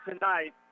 tonight